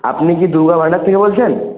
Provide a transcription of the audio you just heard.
আপনি কি দুর্গাভান্ডার থেকে বলছেন